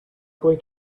going